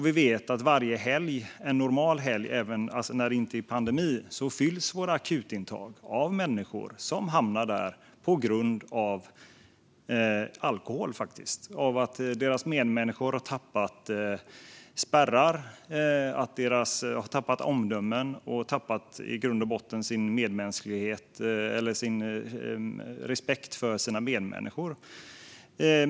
Vi vet att våra akutintag varje normal helg - alltså när det inte är pandemi - fylls av människor som hamnar där på grund av alkohol. De hamnar där på grund av att deras medmänniskor har tappat spärrar, har tappat omdömet och i grund och botten har tappat respekten för sina medmänniskor.